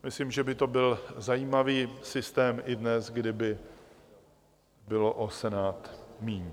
Myslím, že by to byl zajímavý systém i dnes, kdyby bylo o Senát míň.